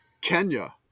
Kenya